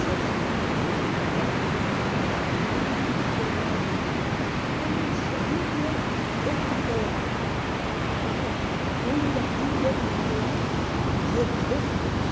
सब्सिडीके फायदा नहि भेटै छै क्षतिपुर्ति वाला जे छै ओहिमे सही जे खेती केलक ओहि व्यक्तिके भी जे जे खेत